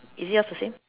is yours the same